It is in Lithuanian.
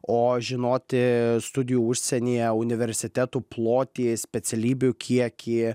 o žinoti studijų užsienyje universitetų plotį specialybių kiekį